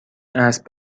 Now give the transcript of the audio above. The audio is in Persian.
اسب